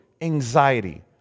anxiety